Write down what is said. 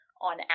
on